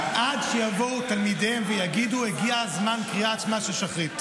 עד שיבואו תלמידיהם ויגידו: הגיע זמן קריאת שמע של שחרית.